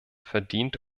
verdient